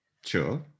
Sure